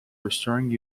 restoring